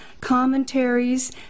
commentaries